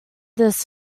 this